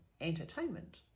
entertainment